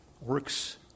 works